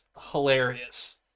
hilarious